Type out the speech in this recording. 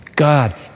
God